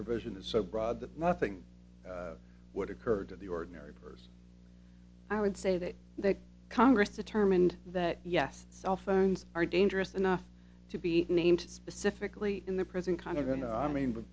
provision is so broad that nothing would occur to the ordinary person i would say that that congress determined that yes cell phones are dangerous enough to be named specifically in the present kind of and i mean but